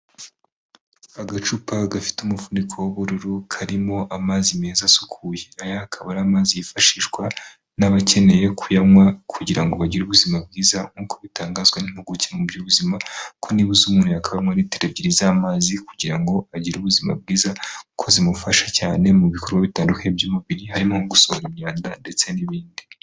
Agacupa gafite umufuniko w'ubururu karimo amazi meza asukuye, aya akaba ari amazi yifashishwa n'abakeneye kuyanywa kugira ngo bagire ubuzima bwiza nk'uko bitangazwa n’impuguke mu by'ubuzima, ko byibuze umuntu yakabaye anywa litiro ebyiri z'amazi kugira ngo agire ubuzima bwiza kuko zimufasha cyane mu bikorwa bitandukanye by'umubiri, harimo gusohora imyanda ndetse n'ibindi.